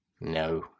No